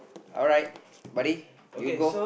alright buddy you go